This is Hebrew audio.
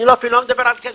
אני אפילו לא מדבר על כסף,